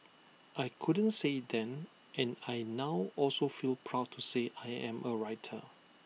I couldn't say IT then and I now also feel proud to say I am A writer